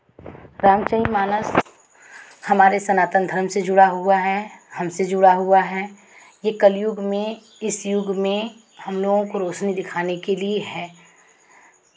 रामचरितमानस हमारे सनातन धर्म से जुड़ा हुआ है हमसे जुड़ा हुआ है ये कलयुग में इस युग में हमलोगों को रौशनी दिखाने के लिए है